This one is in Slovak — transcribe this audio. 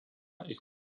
ich